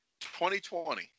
2020